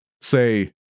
Say